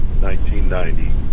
1990